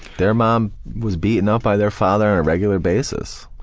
their mom was beaten up by their father on a regular basis.